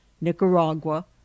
nicaragua